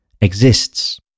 exists